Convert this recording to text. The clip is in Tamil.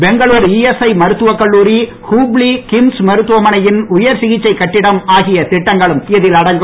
பெங்களுர் இஎஸ்ஐ மருத்துவக் கல்லூரி ஹூப்ளி கிம்ஸ் மருத்துவமனையின் உயர்சிகிச்சை கட்டிடம் ஆகிய திட்டங்களும் இதில் அடங்கும்